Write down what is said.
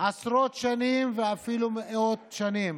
עשרות שנים ואפילו מאות שנים.